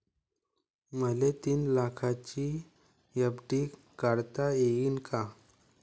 मले तीन लाखाची एफ.डी काढता येईन का?